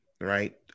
right